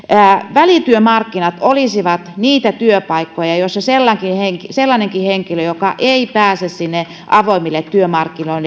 välityömarkkinat olisivat niitä työpaikkoja joissa sellainenkin henkilö joka ei pääse sinne avoimille työmarkkinoille